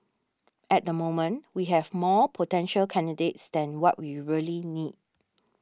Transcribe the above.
at the moment we have more potential candidates than what we really need